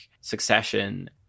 succession